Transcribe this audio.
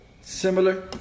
Similar